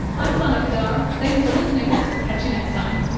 i'm sana qadar. thanks for listening. catch you next time